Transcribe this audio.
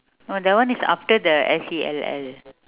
no that one is after the S E L L